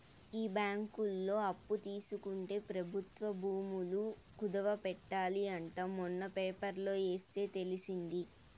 ఈ బ్యాంకులో అప్పు తీసుకుంటే ప్రభుత్వ భూములు కుదవ పెట్టాలి అంట మొన్న పేపర్లో ఎస్తే తెలిసింది